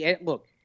look